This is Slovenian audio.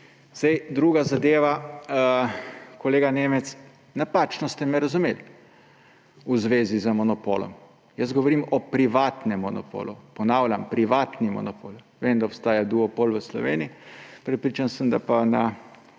sebi. Druga zadeva, kolega Nemec, napačno ste me razumeli v zvezi z monopolom. Jaz govorim o privatnem monopolu, ponavljam – privatni monopol. Vem, da obstaja duopol v Sloveniji, prepričan sem pa, da